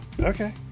Okay